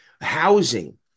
housing